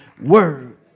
word